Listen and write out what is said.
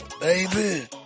baby